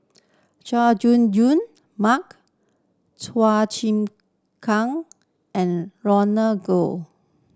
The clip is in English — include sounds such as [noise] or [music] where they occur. Chay Jung Jun Mark Chua Chim Kang and [unintelligible]